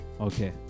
okay